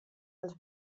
els